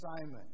Simon